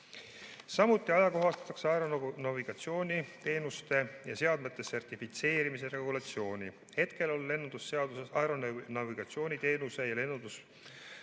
Samuti ajakohastatakse aeronavigatsiooniteenuste ja ‑seadmete sertifitseerimise regulatsiooni. Hetkel on lennundusseaduses aeronavigatsiooniteenuste ja lennundusprotseduuride